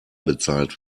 bezahlt